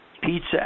pizza